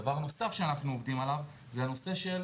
דבר נוסף שאנחנו עובדים עליו זה הנושא של